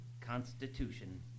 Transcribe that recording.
Constitution